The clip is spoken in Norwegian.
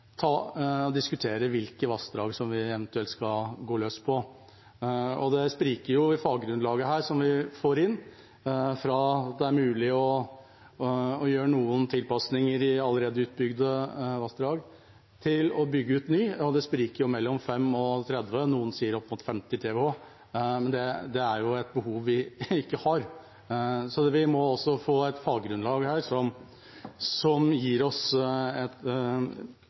Det spriker i det faggrunnlaget som vi får inn – fra at det er mulig å gjøre noen tilpasninger i allerede utbygde vassdrag, til å bygge ut ny. Det spriker mellom 5 TWh og 30 TWh, noen sier opp mot 50 TWh, men det er jo et behov vi ikke har, så vi må også få et faggrunnlag som gir oss et